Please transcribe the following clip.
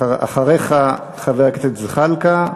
אחריך, חבר הכנסת זחאלקה,